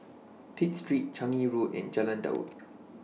Pitt Street Changi Road and Jalan Daud